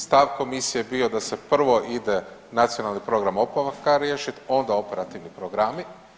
Stav komisije je bio da se prvo ide Nacionalni program oporavka riješiti, onda operativni programi.